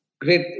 Great